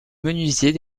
menuisiers